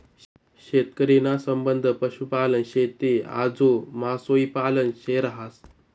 शेतकरी ना संबंध पशुपालन, शेती आजू मासोई पालन शे रहास